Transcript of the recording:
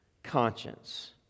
conscience